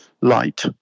light